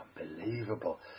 unbelievable